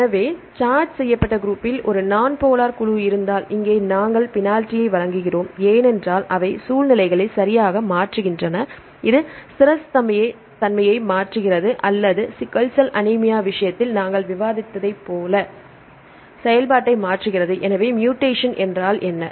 எனவே சார்ஜ் செய்யப்பட்ட குரூப்பில் ஒரு நான் போலார் குழு இருந்தால் இங்கே நாங்கள் பெனால்டி வழங்குகிறோம் ஏனென்றால் அவை சூழ்நிலைகளை சரியாக மாற்றுகின்றன இது ஸ்திரத்தன்மையை மாற்றுகிறது அல்லது சிக்கல் செல் அனீமியா விஷயத்தில் நாங்கள் விவாதித்ததைப் போல செயல்பாட்டை மாற்றுகிறது என்றால் என்ன